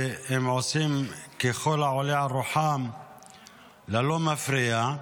שהם עושים ככל העולה על רוחם ללא מפריע,